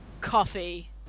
coffee